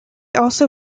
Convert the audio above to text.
also